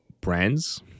brands